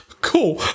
Cool